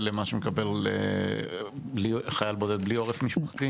למה שמקבל חייל בודד בלי עורף משפחתי?